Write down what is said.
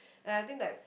and I think like